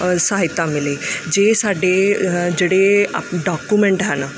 ਅ ਸਹਾਇਤਾ ਮਿਲੇ ਜੇ ਸਾਡੇ ਅਹ ਜਿਹੜੇ ਆ ਡਾਕੂਮੈਂਟ ਹਨ